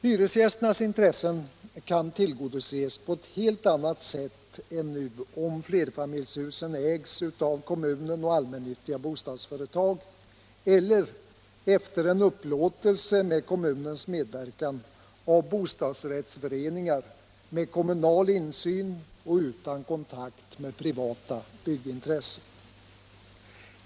Hyresgästernas intressen kan tillgodoses på ett helt annat sätt än nu om flerfamiljshusen ägs av kommuner och allmännyttiga bostadsföretag eller, efter en upplåtelse med kommunens medverkan, av bostadsrättsföreningar med kommunal insyn och utan kontakt med privata byggintressen.